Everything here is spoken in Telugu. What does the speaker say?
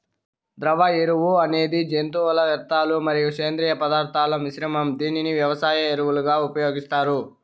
ద్రవ ఎరువు అనేది జంతువుల వ్యర్థాలు మరియు సేంద్రీయ పదార్థాల మిశ్రమం, దీనిని వ్యవసాయ ఎరువులుగా ఉపయోగిస్తారు